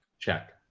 check.